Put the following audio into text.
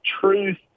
truth